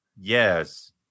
yes